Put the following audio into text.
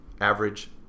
average